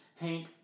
Hank